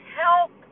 help